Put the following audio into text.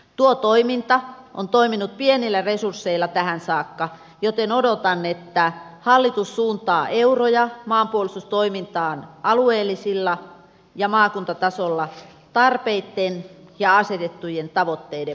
tuo toiminta on toiminut pienillä resursseilla tähän saakka joten odotan että hallitus suuntaa euroja maanpuolustustoimintaan alueellisilla ja maakuntatasolla tarpeitten ja asetettujen tavoitteiden mukaisesti